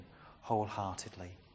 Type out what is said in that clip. wholeheartedly